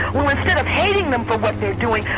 well, instead of hating them for what they're doing.